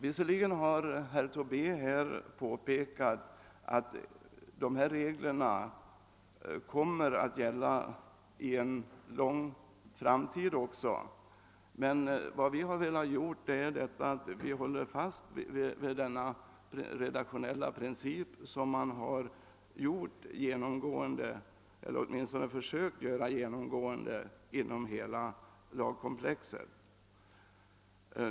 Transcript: Visserligen har herr Tobé här påpekat att dessa regler kommer att gälla för lång tid framåt, men vi har velat hålla fast vid den redaktionella princip som man genomgående försökt hävda i hela lagkomplexet.